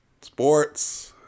sports